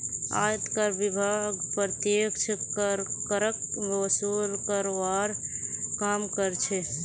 आयकर विभाग प्रत्यक्ष करक वसूल करवार काम कर्छे